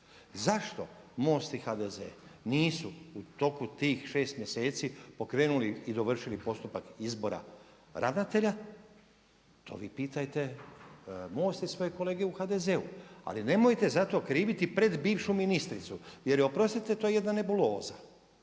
Zašto MOST i HDZ nisu u toku tih 6 mjeseci pokrenuli i dovršili postupak izbora ravnatelja to vi pitajte MOST i svoje kolege u HDZ-u. Ali nemojte zato kriviti pred bivšu ministricu jer je oprostite to jedna nebuloza,